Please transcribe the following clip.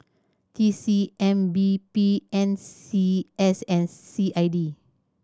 T C M B P N C S and C I D